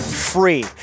free